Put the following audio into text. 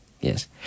Yes